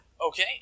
Okay